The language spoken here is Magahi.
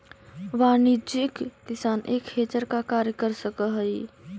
वाणिज्यिक किसान एक हेजर का कार्य कर सकअ हई